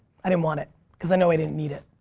i didn't want it because i know i didn't need it.